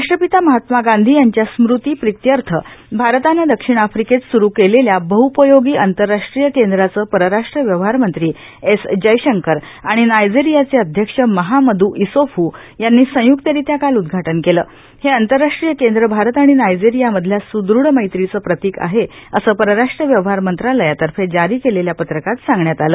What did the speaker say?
राष्ट्रपिता महात्मा गांधी यांच्या स्मृती प्रित्यर्थ भारतानं दक्षिण आफ्रिकेत सुरु केलेल्या बहपयोगी आंतरराष्ट्रीय केंद्राचं परराष्ट्र व्यवहारमंत्री एस जयशंकर आणि नायजेरियाचे अध्यक्ष महामद् इसोफ यांनी संयक्तरित्या काल उदधाटन केलंहे आंतरराष्ट्रीय केंद्र भारत आणि नायजेरियामधल्या सदृढ मैत्रीचं प्रतीक आहेए असं परराष्ट्र व्यवहार मंत्रालयातर्फे जारी केलेल्या पत्रकात सांगण्यात आलं